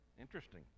interesting